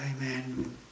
Amen